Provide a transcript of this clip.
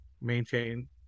maintain